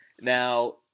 Now